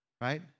Right